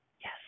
yes